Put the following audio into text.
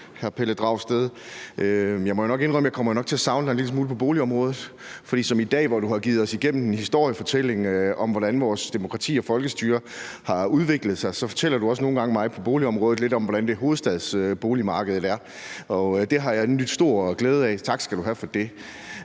nok indrømme, at jeg kommer til at savne dig en lille smule på boligområdet, for som i dag, hvor du har givet os en historiefortælling om, hvordan vores demokrati og folkestyre har udviklet sig, fortæller du også nogle gange mig på boligområdet lidt om, hvordan boligmarkedet i hovedstaden er. Det har jeg nydt stor glæde af, så tak skal du have for det.